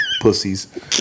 Pussies